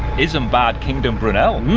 isambard kingdom brunel.